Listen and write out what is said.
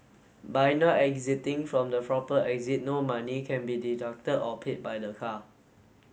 by not exiting from the proper exit no money can be deducted or paid by the car